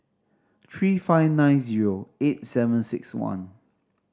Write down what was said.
three five nine zero eight seven six one